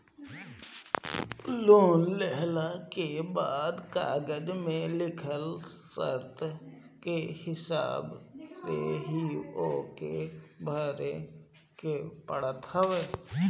loan लेहला के बाद कागज में लिखल शर्त के हिसाब से ही ओके भरे के पड़त हवे